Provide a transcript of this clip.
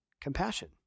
compassion